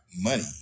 money